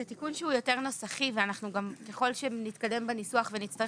זה תיקון שהוא יותר נוסחי וגם ככל שנתקדם בניסוח ונצטרך